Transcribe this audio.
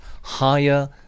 higher